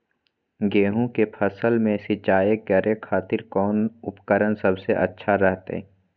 गेहूं के फसल में सिंचाई करे खातिर कौन उपकरण सबसे अच्छा रहतय?